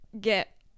get